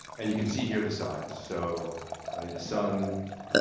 and you can see here the size. so the sun,